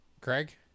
Craig